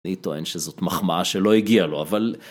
אני טוען שזאת מחמאה שלא הגיעה לו, אבל...